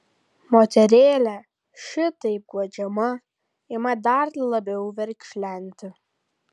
moterėlė šitaip guodžiama ima dar labiau verkšlenti